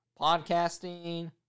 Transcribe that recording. podcasting